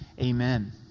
Amen